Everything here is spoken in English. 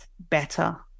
Better